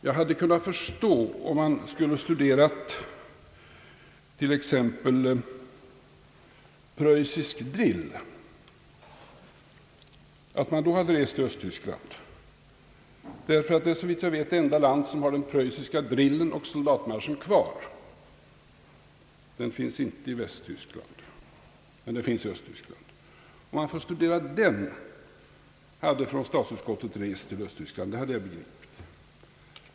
Jag hade kunnat förstå om man skulle ha studerat t.ex. preussisk drill. Östtyskland är såvitt jag vet det enda land som har den preussiska drillen och soldatmarschen kvar — den finns inte i Västtyskland men den finns i Östtyskland.